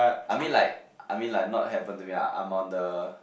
I mean like I mean like not happened to me I'm on the